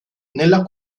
nella